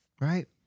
Right